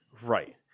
Right